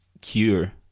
cure